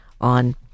on